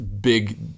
big